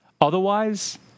Otherwise